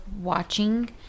watching